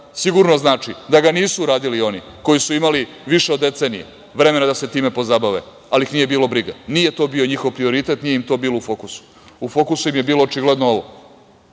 sigurno znači da ga nisu uradili oni koji su imali više od decenije vremena da se time pozabave, ali ih nije bilo briga. Nije to bio njihov prioritet, nije im to bilo u fokusu. U fokusu im je bilo, očigledno, ovo,